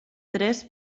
tres